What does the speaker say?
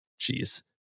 Jeez